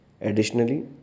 Additionally